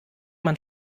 man